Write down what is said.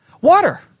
Water